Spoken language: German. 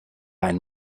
ein